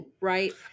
Right